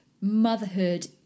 motherhood